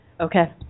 Okay